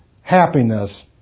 happiness